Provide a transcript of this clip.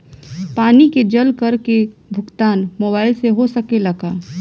पानी के जल कर के भुगतान मोबाइल से हो सकेला का?